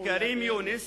כרים יונס